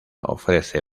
ofrece